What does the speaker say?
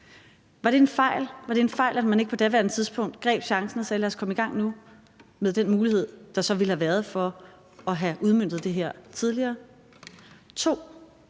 Var det en fejl, at man ikke på daværende tidspunkt greb chancen og sagde: Lad os komme i gang nu – med den mulighed, der så ville have været for at have udmøntet det her tidligere?